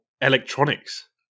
electronics